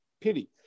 Pity